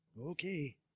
Okay